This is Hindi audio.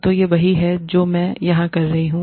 तो यह वही है जो मैं यहां कर रहा हूं